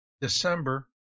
December